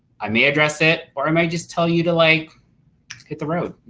i may address it or i might just tell you to like hit the road.